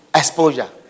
exposure